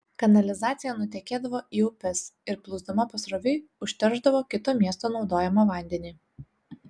kanalizacija nutekėdavo į upes ir plūsdama pasroviui užteršdavo kito miesto naudojamą vandenį